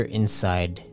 inside